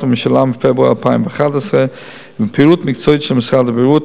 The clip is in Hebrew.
הממשלה מפברואר 2011 ובפעילות מקצועית של משרד הבריאות